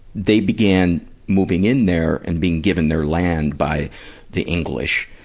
they began moving in there and being given their land by the english,